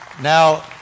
Now